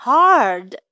hard